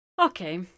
Okay